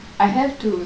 I have to